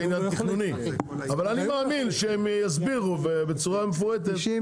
זה עניין תכנוני אבל אני מאמין שהם יסבירו בצורה מפורטת מה צריך